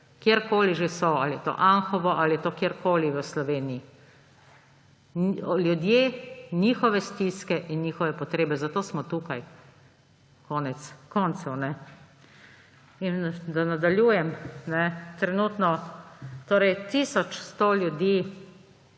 kjerkoli že so, ali je to Anhovo ali je to kjerkoli v Sloveniji. Ljudje, njihove stiske in njihove potrebe. Zato smo tukaj, konec koncev. In da nadaljujem, trenutno tisoč sto ljudi